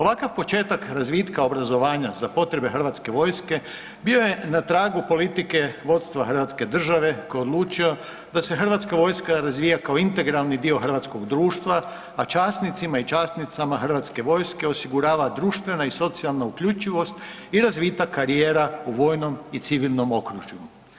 Ovakav početak razvitka obrazovanja za potrebe hrvatske vojske bio je na tragu politike vodstva Hrvatske države koji je odlučio da se hrvatska vojska razvija kao integralni dio hrvatskog društva, a časnicima i časnicama hrvatske vojske osigurava društvena i socijalna uključivost i razvitak karijera u vojnom i civilnom okružju.